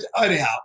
anyhow